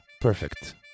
Perfect